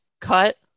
cut